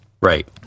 Right